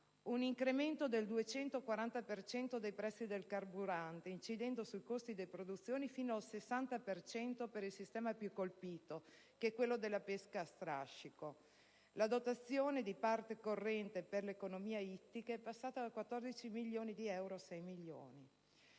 un incremento del 240 per cento dei prezzi del carburante, incidendo sui costi di produzione fino al 60 per cento per il sistema più colpito, quello della pesca a strascico. La dotazione di parte corrente per l'economia ittica è passata da 14 milioni di euro a 6 milioni.